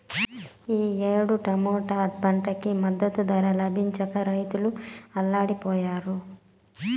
ఈ ఏడు టమాటా పంటకి మద్దతు ధర లభించక రైతులు అల్లాడిపొయ్యారు